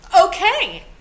okay